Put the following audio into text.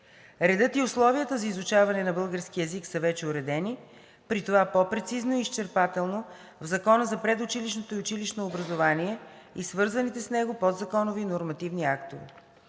Редът и условията за изучаването на българския език са вече уредени, при това по-прецизно и изчерпателно в Закона за предучилищното и училищното образование и свързаните с него подзаконови нормативни актове.